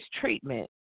treatment